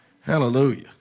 Hallelujah